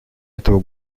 этого